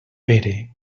pere